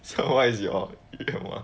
so what is your 愿望